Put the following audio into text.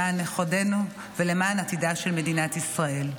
למען נכדינו ולמען עתידה של מדינת ישראל.